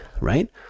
right